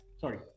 Sorry